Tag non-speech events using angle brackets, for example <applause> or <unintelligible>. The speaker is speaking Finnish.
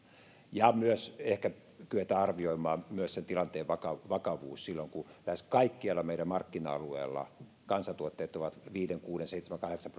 ja myös ehkä kyetään arvioimaan tilanteen vakavuus silloin kun lähes kaikkialla meidän markkina alueella kansantuotteet ovat viisi kuusi seitsemän tai kahdeksan <unintelligible>